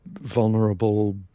vulnerable